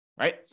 right